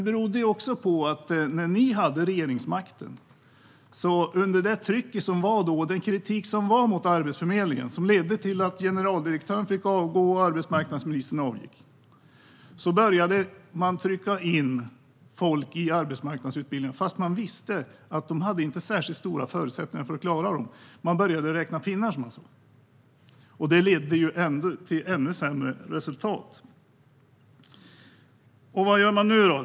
Under Alliansens tid i regeringsställning - under den kritik och det tryck som var mot Arbetsförmedlingen och som ledde till att generaldirektören och arbetsmarknadsministern fick avgå - började man trycka in folk i arbetsmarknadsutbildningar fast man visste att de inte hade särskilt stora förutsättningar att klara dem. Man började räkna pinnar, som man sa. Det ledde till ännu sämre resultat. Vad gör man nu då?